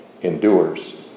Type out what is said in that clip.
Endures